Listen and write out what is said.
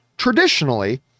Traditionally